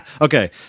Okay